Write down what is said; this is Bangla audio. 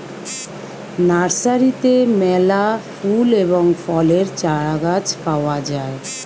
নার্সারিতে মেলা ফুল এবং ফলের চারাগাছ পাওয়া যায়